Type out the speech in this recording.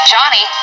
Johnny